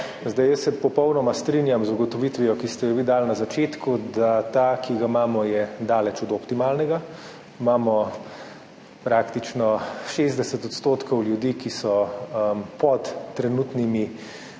imeli. Jaz se popolnoma strinjam z ugotovitvijo, ki ste jo vi dali na začetku, da je ta, ki ga imamo, daleč od optimalnega. Imamo praktično 60 % ljudi, ki so pod trenutnimi